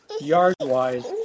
yard-wise